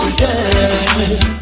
yes